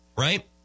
right